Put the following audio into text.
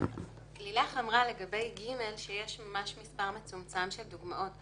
לילך אמרה לגבי (ג) שיש ממש מספר מצומצם של דוגמאות.